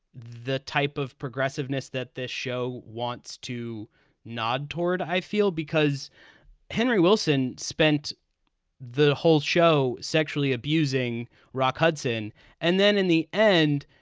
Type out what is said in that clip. the type of progressiveness that this show wants to nod toward, i feel because henry wilson spent the whole show sexually abusing rock hudson and then in the end,